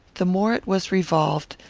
the more it was revolved,